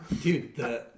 Dude